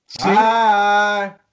Hi